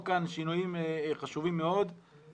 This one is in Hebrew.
כאן שינויים חשובים מאוד במהלך הדיון.